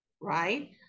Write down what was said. right